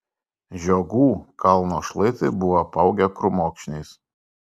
žiogų kalno šlaitai buvo apaugę krūmokšniais